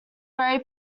very